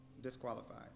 Disqualified